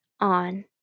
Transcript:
on